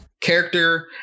character